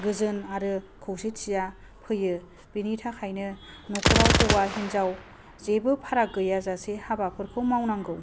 गोजोन आरो खौसेथिया फैयो बिनि थाखायनो न'खराव हौवा हिनजाव जेबो फाराग गैयाजासे हाबाफोरखौ मावनांगौ